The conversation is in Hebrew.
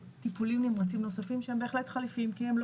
טיפולים נמרצים נוספים שהם בהחלט חליפיים כי הם לא